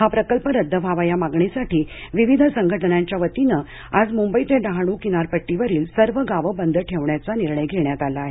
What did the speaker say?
हा प्रकल्प रद्द व्हावा या मागणीसाठी विविध संघटनांच्या वतीनं आज मुंबई ते डहाणू किनारपट्टीवरील सर्व गावं बंद ठेवण्याचा निर्णय घेतला आहे